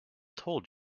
told